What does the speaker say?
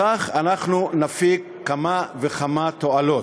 בכך אנחנו נפיק כמה וכמה תועלות.